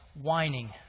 whining